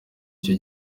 icyo